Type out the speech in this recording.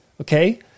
okay